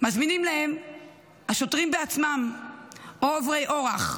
מזמינים להם השוטרים עצמם או עוברי אורח,